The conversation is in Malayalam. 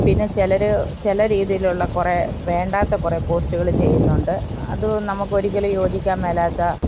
പിന്നെ ചിലർ ചില രീതിയിലുള്ള കുറേ വേണ്ടാത്ത കുറേ പോസ്റ്റുകൾ ചെയ്യുന്നുണ്ട് അത് നമുക്കൊരിക്കലും യോജിക്കാൻ മേലാത്ത